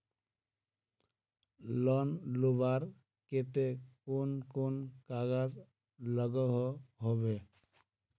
Loan लुबार केते कुन कुन कागज लागोहो होबे?